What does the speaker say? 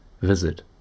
visit